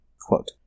quote